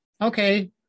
Okay